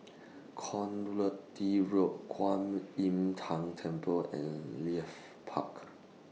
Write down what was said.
Road Kwan Im Tng Temple and Leith Park